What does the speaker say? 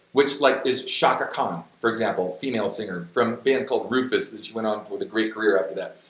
which like is chaka khan, for example, female singer, from band called rufus, which went on with a great career after that.